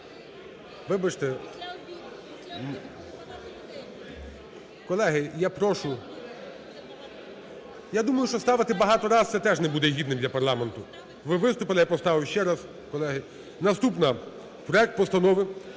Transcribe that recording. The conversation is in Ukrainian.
вибачте. Колеги, я прошу, я думаю, що ставити багато раз, це теж не буде гідним для парламенту. Ви виступили, я поставив ще раз, колеги. Наступна, проект Постанови